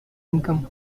income